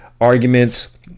arguments